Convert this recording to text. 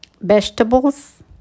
vegetables